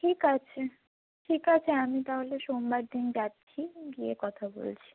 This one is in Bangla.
ঠিক আছে ঠিক আছে আমি তাহলে সোমবার দিন যাচ্ছি গিয়ে কথা বলছি